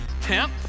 10th